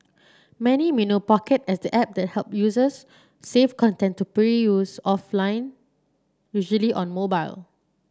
many may know Pocket as the app that help users save content to offline usually on mobile